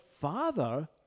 father